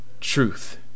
Truth